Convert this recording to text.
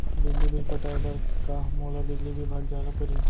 बिजली बिल पटाय बर का मोला बिजली विभाग जाय ल परही?